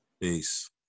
Peace